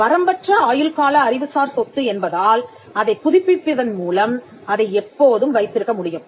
வரம்பற்ற ஆயுள்கால அறிவுசார் சொத்து என்பதால் அதைப் புதுப்பிப்பதன் மூலம் அதை எப்போதும் வைத்திருக்க முடியும்